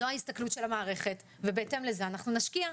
זו ההסתכלות של המערכת, ובהתאם לזה אנחנו נשקיע.